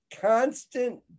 Constant